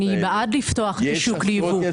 יש עשרות יצרנים --- אני בעד לפתוח את השוק לייבוא,